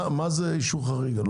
מה זה אישור חריג?